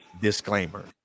disclaimer